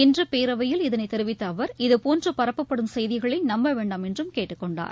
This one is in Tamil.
இன்று பேரவையில் இதனை தெரிவித்த அவர் இதுபோன்று பரப்பப்படும் செய்திகளை நம்ப வேண்டாம் என்று கேட்டுக் கொண்டார்